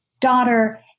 daughter